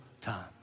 time